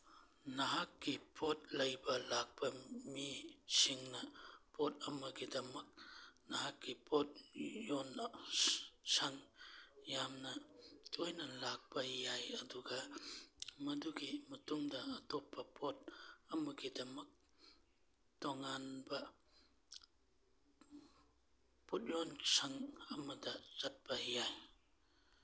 ꯅꯍꯥꯛꯀꯤ ꯄꯣꯠ ꯂꯩꯕ ꯂꯥꯛꯄ ꯃꯤꯁꯤꯡꯅ ꯄꯣꯠ ꯑꯃꯒꯤꯗꯃꯛ ꯅꯍꯥꯛꯀꯤ ꯄꯣꯠ ꯌꯣꯟꯅ ꯁꯟ ꯌꯥꯝꯅ ꯇꯣꯏꯅ ꯂꯥꯛꯄ ꯌꯥꯏ ꯑꯗꯨꯒ ꯃꯗꯨꯒꯤ ꯃꯇꯨꯡꯗ ꯑꯇꯣꯞꯄ ꯄꯣꯠ ꯑꯃꯒꯤꯗꯃꯛ ꯇꯣꯉꯥꯟꯕ ꯄꯣꯠꯌꯣꯟꯁꯪ ꯑꯃꯗ ꯆꯠꯄ ꯌꯥꯏ